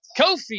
Kofi